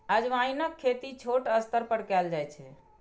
अजवाइनक खेती छोट स्तर पर कैल जाइ छै